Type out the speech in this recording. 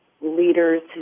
Leaders